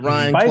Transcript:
Ryan